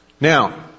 Now